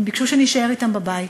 הם ביקשו שנישאר אתם בבית.